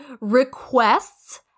requests